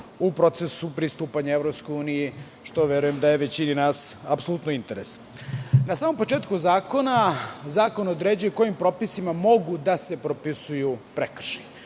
u procesu pristupanja EU, što verujem da je većini nas apsolutno interes. Na samom početku zakona, zakon određuje kojim propisima mogu da se propisuju prekršaji.